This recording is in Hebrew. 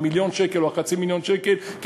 מיליון השקלים או חצי מיליון השקלים,